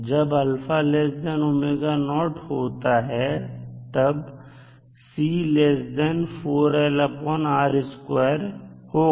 जब होता है तब होगा